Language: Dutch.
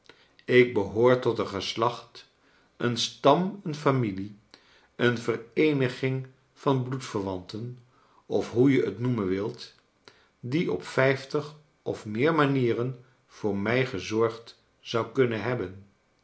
ik behoor tot een geslacht een stam een familie een vereeniging van bloedverwanten of hoe je t noemen wilt die op vijftig of meer manieren voor mij gezorgd zou kunnen hebben